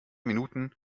minuten